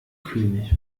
könig